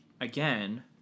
Again